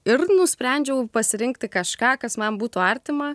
ir nusprendžiau pasirinkti kažką kas man būtų artima